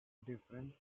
differences